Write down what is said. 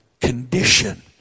condition